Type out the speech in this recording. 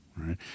right